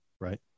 right